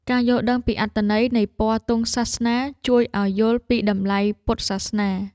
ការយល់ដឹងពីអត្ថន័យនៃពណ៌ទង់សាសនា ជួយឱ្យយល់ពីតម្លៃពុទ្ធសាសនា។